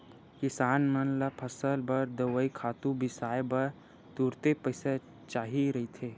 किसान मन ल फसल बर दवई, खातू बिसाए बर तुरते पइसा चाही रहिथे